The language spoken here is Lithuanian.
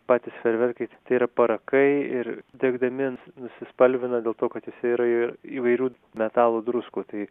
patys fejerverkai tai yra parakai ir degdami nusispalvina dėl to kad juose yra ir įvairių metalų druskų tai